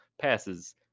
passes